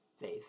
faith